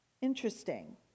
Interesting